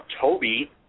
Toby